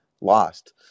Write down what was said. lost